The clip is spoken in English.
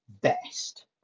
Best